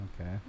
Okay